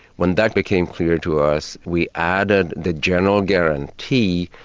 when that became clear to us, we added the general guarantee.